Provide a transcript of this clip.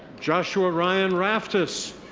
joshua ryan raftis.